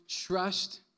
trust